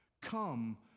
come